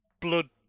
blood